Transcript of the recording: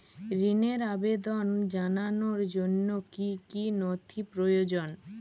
ঋনের আবেদন জানানোর জন্য কী কী নথি প্রয়োজন?